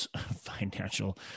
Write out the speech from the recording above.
financial